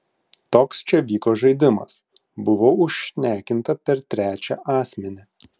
toks čia vyko žaidimas buvau užšnekinta per trečią asmenį